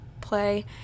play